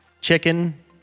chicken